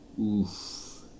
oof